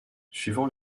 suivant